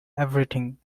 everything